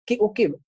Okay